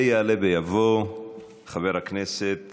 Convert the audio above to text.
יעלה ויבוא חבר הכנסת